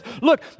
look